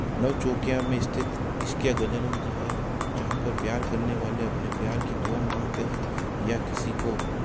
नव चौकिया में स्थित इश्किया गजानन जी है जहाँ पर प्यार करने वाले अपने प्यार की दुआ मांगते हैं या किसी को